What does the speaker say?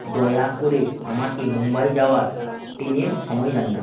দয়া করে আমাকে মুম্বাই যাওয়ার ট্রেনের সময় জানিও